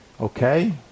okay